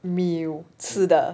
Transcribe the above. meal 吃的